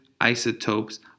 isotopes